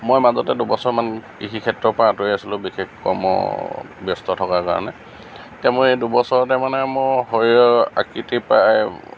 মই মাজতে দুবছৰমান কৃষিক্ষেত্ৰৰ পৰা আঁতৰি আছিলোঁ বিশেষ কৰ্ম ব্যস্ত থকাৰ কাৰণে তেতিয়া মই এই দুবছৰতে মানে মোৰ শৰীৰৰ আকৃতি প্ৰায়